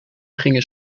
gingen